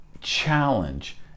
challenge